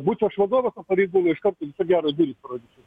būčiau aš vadovas pareigūnai iš karto viso gero durys parodyčiau